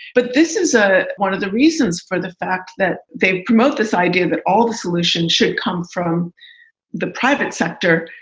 but this is a one of the reasons for the fact that they promote this idea that all the solutions should come from the private sector.